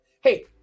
hey